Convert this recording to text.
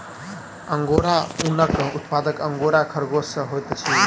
angora ऊनक उत्पादन angora खरगोश सॅ होइत अछि